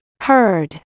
heard